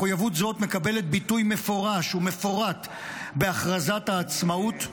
מחויבות זאת מקבלת ביטוי מפורש ומפורט בהכרזת העצמאות,